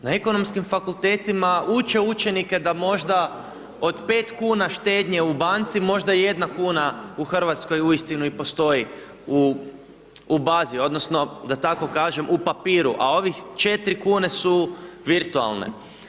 Na ekonomskim fakultetima uče učenike da možda od 5 kn štednje u banci, možda jedna kuna u Hrvatskoj uistinu i postoji u bazi odnosno da tako kažem, u papiru a ovih 4 kn su virtualne.